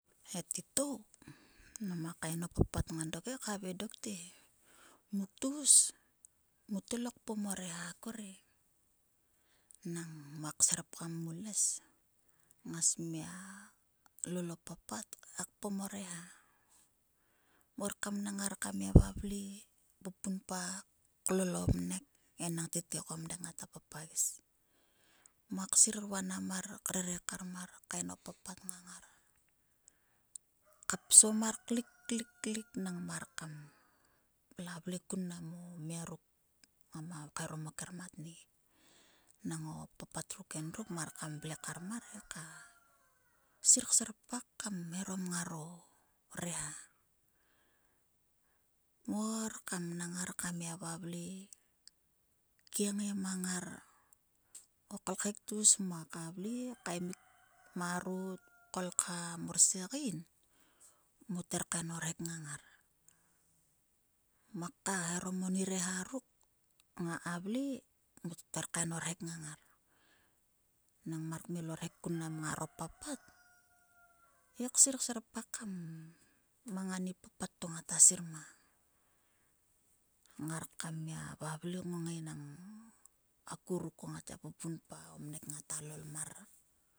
E titou nam kain o papat nga dok he khavang dok te. muk tgus, mut ngae lo kpom o reha akore. Nang muak serpgam mu less nga lessmia lol o papat he ka kpom o reha. Muor kam mnang ngar kam gia vavle punpa klol o vnek enang tete ko o vnek ngata papagis. Muak sir vanam mar kaen o papat nga ngar. ka psom mar klik. klik klik nang mar kam kam la vle kun nam o mia ruk ngam kaeharom o kermatnek. Nang o papat ruk endruk mar kam vle kar mar he ka sir serpak kam eharom ngaro reha. Muor kam gia mnang ngar kam gia vavle kiengei mang ngar. O kolkhek tgus muaka vle kaemik marot kolkha morsiegeni. mut her kain orhuk nga ngar. Muak kaeharom oni reha ruk. ngaka vle mut her kaen orhek nga ngar. Nang mar kmel orhek kun mnam ngaro papat he ksir serpak mang ani papat to ngata sir mang. Nga or kam gia vle kngonggae enang akmuk ko ngatgia pupunpa. o vnek ngata lol mar